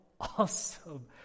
awesome